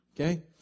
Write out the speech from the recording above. Okay